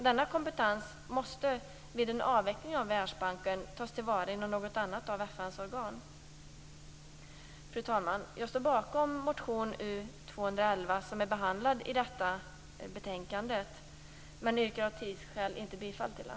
Denna kompetens måste vid en avveckling av Världsbanken tas till vara inom något annat av FN:s organ. Fru talman! Jag står bakom motion U211 som är behandlad i detta betänkande, men jag yrkar av tidsskäl inte bifall till den.